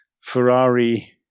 Ferrari